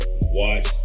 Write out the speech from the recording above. watch